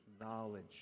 knowledge